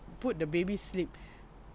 put the baby sleep